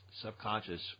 subconscious